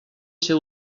ser